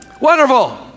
Wonderful